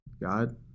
God